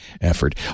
effort